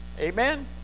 Amen